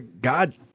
God